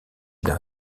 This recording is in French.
d’un